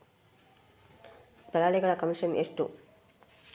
ದಲ್ಲಾಳಿಗಳ ಕಮಿಷನ್ ಎಷ್ಟು?